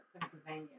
pennsylvania